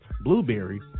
Blueberry